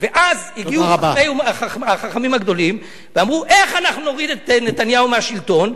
ואז הגיעו החכמים הגדולים ואמרו: איך אנחנו נוריד את נתניהו מהשלטון?